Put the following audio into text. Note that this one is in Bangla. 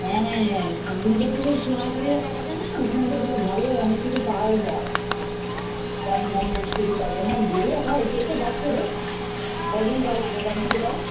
হ্যাঁ শান্তিনিকেতনে ওই সোনাঝুরির হাট আছে না ওখানে তো বেশ ভালো অনেক কিছু পাওয়াও যায় কম দামে অনেক কিছু পাওয়া যায় হ্যাঁ গেলে হয় কে কে যাচ্ছে রে কজন যাবো মোটামুটি তাও